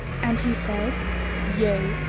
and he said yea,